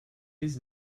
his